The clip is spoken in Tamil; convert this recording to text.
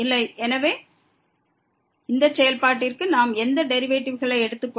எனவே இந்த செயல்பாட்டிற்கு நாம் எந்த டெரிவேட்டிவ்களை எடுத்துக் கொள்கிறோம்